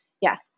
Yes